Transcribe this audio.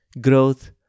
growth